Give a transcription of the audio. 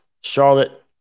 Charlotte